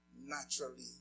naturally